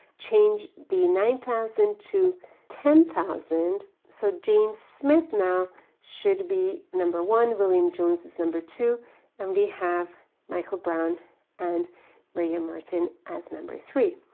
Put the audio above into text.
change the nine thousand to ten thousand, so james smith now should be number one, william jones is number two and we have michael brown and maria martin as number three,